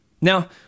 Now